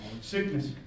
sickness